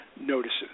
notices